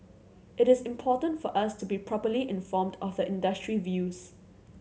it is important for us to be properly informed of the industry views